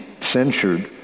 censured